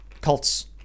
cults